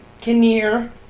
Kinnear